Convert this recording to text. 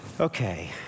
Okay